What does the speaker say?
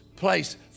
place